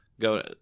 go